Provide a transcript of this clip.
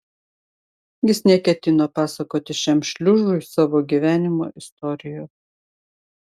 jis neketino pasakoti šiam šliužui savo gyvenimo istorijos